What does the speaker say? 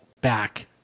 back